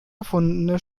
erfundene